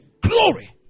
Glory